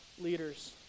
leaders